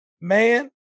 Man